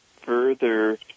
further